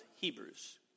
Hebrews